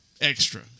extra